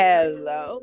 Hello